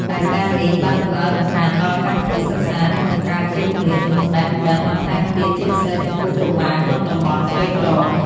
ដែលការណ៍នេះបានធ្វើឱ្យរំខានដល់កម្មវិធីសិក្សា និងបង្កើតជាគម្លាតចំណេះដឹងបន្ថែមទៀត ជាពិសេសចំពោះកុមារក្នុងតំបន់ក្រីក្រ។